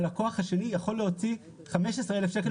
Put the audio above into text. הלקוח השני יכול להוציא 15 אלף שקלים.